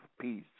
peace